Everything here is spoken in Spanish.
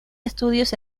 estudios